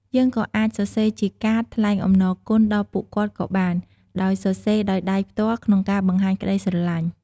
យើងក៏អាចសរសេរជាកាត ថ្លែងអំណរគុណដល់ពួកគាត់ក៏បាន ដោយសរសេរដោយដៃផ្ទល់ក្នុងការបង្ហាញក្តីស្រឡាញ់។